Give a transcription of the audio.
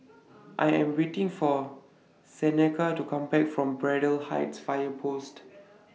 I Am waiting For Seneca to Come Back from Braddell Heights Fire Post